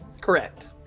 correct